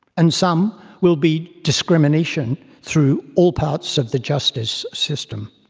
and some will be discrimination through all parts of the justice system.